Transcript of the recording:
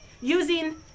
using